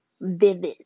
vivid